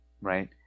Right